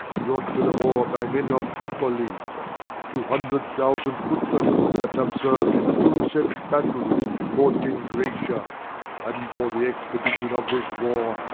brought to the war by men of tripoly two hundred thousand footmen that have serv'd in two set battles fought in graecia and for the expedition of this war,